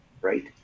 right